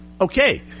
okay